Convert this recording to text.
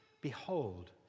Behold